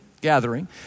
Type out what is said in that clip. gathering